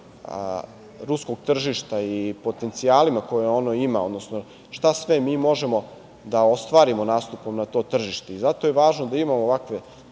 ruskog tržišta i potencijalima koje ono ima, odnosno šta sve mi možemo da ostvarimo nastupom na to tržište. Zato je važno da imamo ovakve